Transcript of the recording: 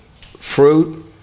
fruit